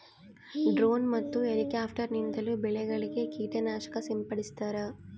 drone ಮತ್ತು helicopter ನಿಂದಲೂ ಬೆಳೆಗಳಿಗೆ ಕೀಟ ನಾಶಕ ಸಿಂಪಡಿಸ್ತಾರ